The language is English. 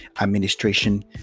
administration